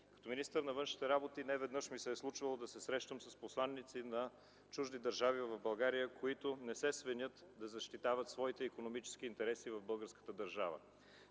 Като министър на външните работи неведнъж ми се е случвало да се срещам с посланици на чужди държави в България, които не се свенят да защитават своите икономически интереси в българската държава.